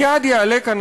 מייד יעלה כאן,